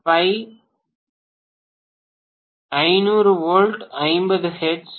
பேராசிரியர் 200 by 500 volt 50 hertz